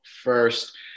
first